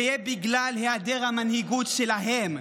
זה יהיה בגלל היעדר המנהיגות שלהם,